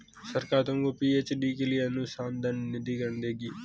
सरकार तुमको पी.एच.डी के लिए अनुसंधान निधिकरण देगी